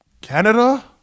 Canada